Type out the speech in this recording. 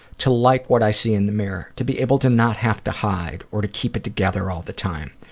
to like what i see in the mirror, to be able to not have to hide or to keep it together all the time,